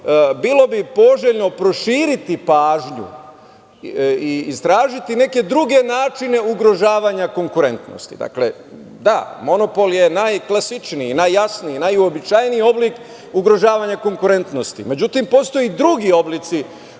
bilo bi poželjno proširiti pažnju i istražiti neke druge načine ugrožavanja konkurentnosti. Da, monopol je najklasičniji, najjasniji, najuobičajeniji oblik ugrožavanja konkurentnosti, međutim, postoje i drugi oblici